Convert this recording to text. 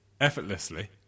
Effortlessly